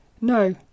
no